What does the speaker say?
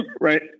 right